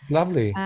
Lovely